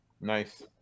Nice